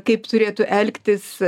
kaip turėtų elgtis